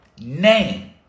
name